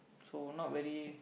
so not very